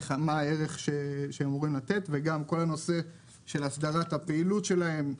מה הערך שהם אמורים לתת וגם כל הנושא של הסדרת הפעילות שלהם.